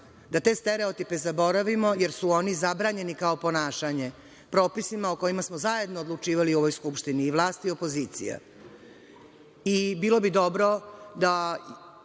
da te stereotipe zaboravimo, jer su oni zabranjeni kao ponašanje. Propisima o kojima smo zajedno odlučivali u ovoj Skupštini, i vlast i opozicija,